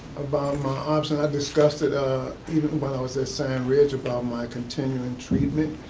about my options. i discussed it ah even when i was at sand ridge about my continuing treatment.